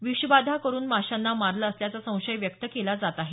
विषबाधा करुन माशांना मारलं असल्याचा संशय व्यक्त केला जात आहे